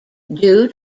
due